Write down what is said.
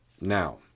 Now